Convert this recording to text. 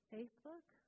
Facebook